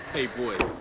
a boy.